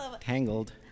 Tangled